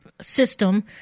system